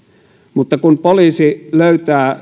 mutta kun poliisi löytää